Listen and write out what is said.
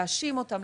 להאשים אותם,